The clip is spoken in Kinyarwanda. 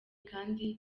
kandi